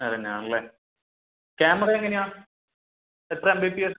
അതു തന്നെയാണല്ലേ ക്യാമറ എങ്ങനെയാ എത്ര എം ബി പി എസ്